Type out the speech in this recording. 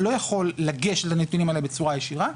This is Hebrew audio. לא יכול לגשת לנתונים האלה בצורה ישירה,